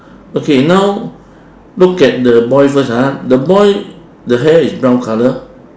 okay now look at the boy first ah the boy the hair is brown colour